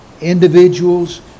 individuals